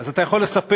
אז אתה יכול לספר